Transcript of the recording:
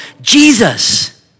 Jesus